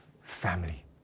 family